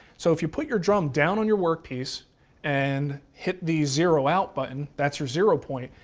so if you put your drum down on your work piece and hit the zero out button, that's your zero point.